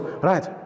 Right